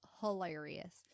Hilarious